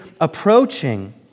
approaching